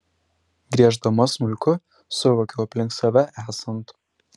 grieždama smuiku suvokiu aplink save esant